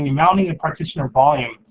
mounting a partition or volume,